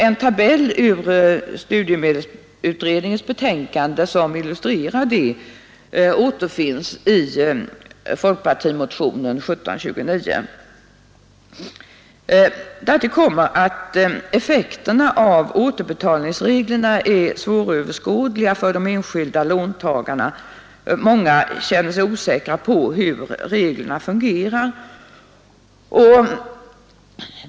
En tabell ur studiemedelsutredningens betänkande som illustrerar detta återfinns i folkpartimotionen 1729. Därtill kommer att effekterna av återbetalningsreglerna är svåröverskådliga för de enskilda låntagarna. Många känner sig osäkra på hur reglerna fungerar.